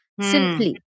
Simply